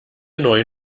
neuen